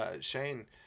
Shane